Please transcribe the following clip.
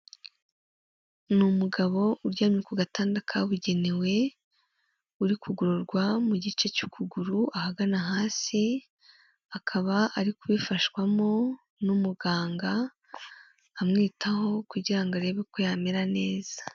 Ni umugabo uryamye ku gatanda kabugenewe uri kugororwa mu gice cy'ukuguru ahagana hasi, akaba ari kubifashwamo n'umuganga amwitaho kugira ngo arebe uko yamera neza.